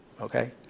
Okay